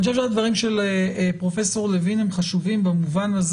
אני חושב שהדברים של פרופסור לוין הם חשובים במובן הזה